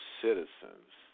citizens